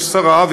ויש שרה,